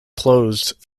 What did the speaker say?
closed